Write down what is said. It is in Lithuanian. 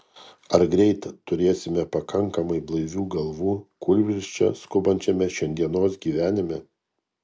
ar greit turėsime pakankamai blaivių galvų kūlvirsčia skubančiame šiandienos gyvenime